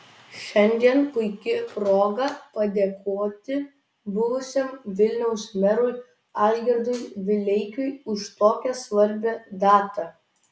šiandien puiki proga padėkoti buvusiam vilniaus merui algirdui vileikiui už tokią svarbią datą